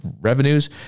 revenues